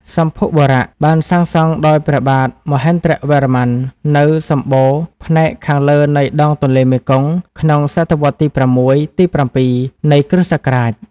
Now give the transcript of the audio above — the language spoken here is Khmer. សម្ភុបុរៈ បានសាងសង់ដោយព្រះបាទ មហេន្ទ្រវរ្ម័ន នៅសម្បូរណ៍ផ្នែកខាងលើនៃដងទន្លេមេគង្គ ក្នុងសតវត្សរ៍ទី៦ ទី៧ នៃគ្រិស្តសករាជ ។